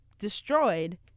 destroyed